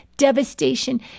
devastation